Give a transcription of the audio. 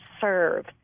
serve